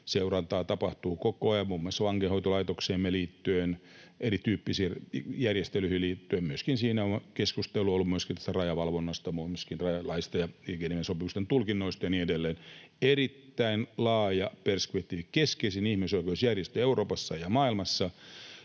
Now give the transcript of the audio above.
Seurantaa tapahtuu koko ajan, muun muassa vankeinhoitolaitokseemme liittyen, erityyppisiin järjestelyihin liittyen, siinä on keskustelua ollut myöskin tästä rajavalvonnasta, myöskin rajalaista ja Geneven sopimuksen tulkinnoista ja niin edelleen. Erittäin laaja perspektiivi. Keskeisin ihmisoikeusjärjestö Euroopassa ja maailmassa,